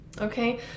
Okay